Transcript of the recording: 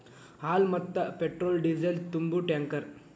ಹಾಲ, ಮತ್ತ petrol diesel ತುಂಬು ಟ್ಯಾಂಕರ್